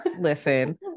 Listen